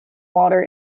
water